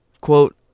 Quote